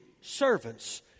servants